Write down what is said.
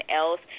else